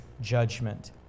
judgment